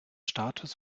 status